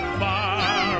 far